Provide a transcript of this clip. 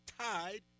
tied